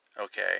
okay